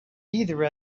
either